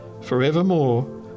forevermore